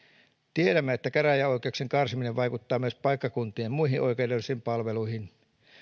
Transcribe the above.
tiedämme että käräjäoikeuksien karsiminen vaikuttaa myös paikkakuntien muihin oikeudellisiin palveluihin